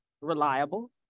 Reliable